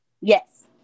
Yes